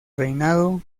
reinado